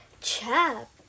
chap